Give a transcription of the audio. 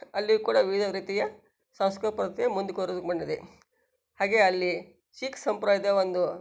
ಅಲ್ಲಿಯೂ ಕೂಡ ವಿವಿಧ ರೀತಿಯ ಸಾಂಸ್ಕೃಪತೆ ಮುಂದುವರೆದು ಬಂದಿದೆ ಹಾಗೆಯೇ ಅಲ್ಲಿ ಸಿಖ್ ಸಂಪ್ರದಾಯ್ದ ಒಂದು